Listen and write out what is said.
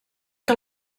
que